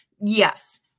Yes